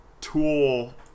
tool